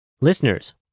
Listeners